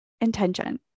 intention